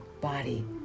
body